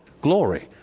Glory